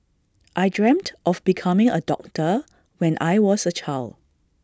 I dreamt of becoming A doctor when I was A child